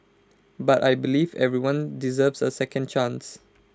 but I believe everyone deserves A second chance